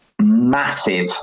massive